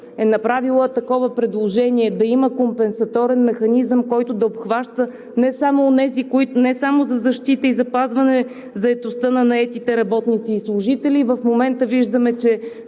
е направила такова предложение – да има компенсаторен механизъм, който да обхваща не само защита, а и е за запазване заетостта на заетите работници и служители, и в момента виждаме, че